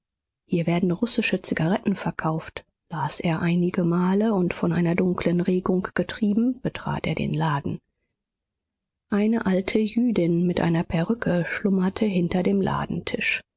hier werden russische zigaretten verkauft las er einige male und von einer dunklen regung getrieben betrat er den laden eine alte jüdin mit einer perücke schlummerte hinter dem ladentisch